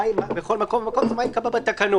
בכל מקום ומקום זה מה ייקבע בתקנות.